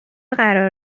قرار